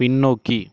பின்னோக்கி